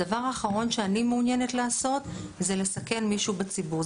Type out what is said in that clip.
הדבר האחרון שאני מעוניינת לעשות זה לסכן מישהו בציבור,